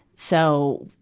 so,